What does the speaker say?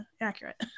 accurate